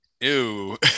ew